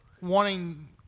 wanting